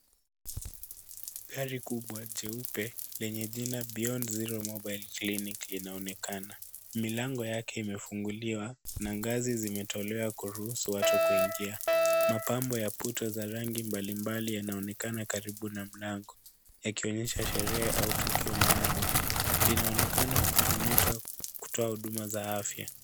Gari kubwa jeupe lenye jina Beyond Zero Mobile Clinic linaonekana. Milango yake imefunguliwa na ngazi zimetolewa kuruhusu watu kuingia. Mapambo ya puto za rangi mbalimbali yanaonekana karibu na mlango yakionyesha sherehe au tukio maalum. Linaonekana kutumika kutoa huduma za afya.